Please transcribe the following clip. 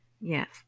yes